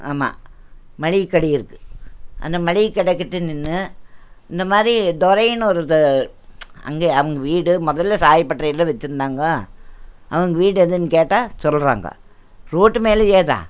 ஆமாம் மளிகை கடை இருக்குது அந்த மளிகை கடை கிட்ட நின்று இந்த மாதிரி துரைன்னு ஒருத்தவர் அங்கே அவங்க வீடு முதல்ல சாயப்பட்றையில் வச்சிருந்தாங்க அவங்க வீடு எதுன்னு கேட்டால் சொல்கிறாங்க ரோட்டு மேலேயே தான்